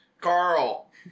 carl